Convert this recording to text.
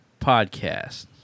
podcast